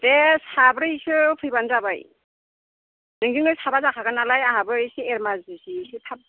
दे साब्रैसो फैबानो जाबाय नोंजोंलाय साबा जाखागोन नालाय आंहाबो एसे एमा जेनसि एसे थाब